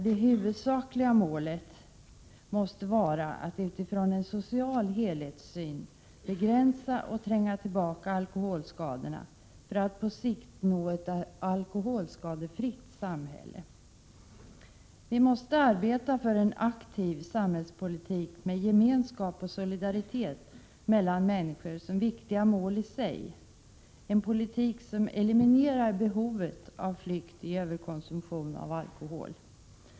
”Det huvudsakliga målet för alkoholpolitiken måste vara att utifrån en social helhetssyn begränsa och tränga tillbaka alkoholskadorna för att på sikt nå ett alkoholskadefritt samhälle. Vi måste arbeta för en aktiv samhällspolitik med gemenskap och solidaritet mellan människor som viktiga mål i sig — en politik som eliminerar behovet av flykt i överkonsumtion av alkohol.